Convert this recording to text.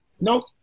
Nope